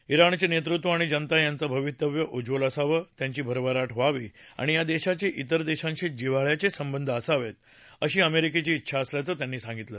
श्रीणचे नेतृत्व आणि जनता यांचं भवितव्य उज्वल असावं त्यांची भरभराट व्हावी आणि या देशाचे तर देशांशी जिव्हाळयाचे संबंध असावेत अशी अमेरिकेची डेछा असल्याचं त्यांनी सांगितलं